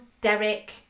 Derek